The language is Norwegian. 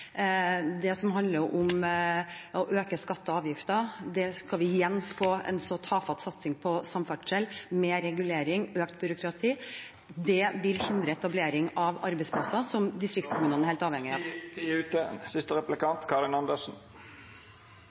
Det handler om at man vil øke skatter og avgifter. Skal vi igjen få en tafatt satsing på samferdsel, mer regulering og økt byråkrati? Det vil hindre etablering av arbeidsplasser som distriktene er helt avhengig av. Tida er ute.